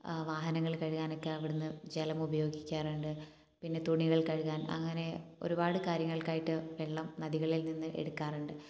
വാഹനങ്ങൾ കഴുകാനൊക്കെ അവിടെ നിന്ന് ജലം ഉപയോഗിക്കാറുണ്ട് പിന്നെ തുണികൾ കഴുകാൻ അങ്ങനെ ഒരുപാട് കാര്യങ്ങൾക്കായിട്ട് വെള്ളം നദികളിൽ നിന്ന് എടുക്കാറുണ്ട്